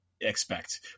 expect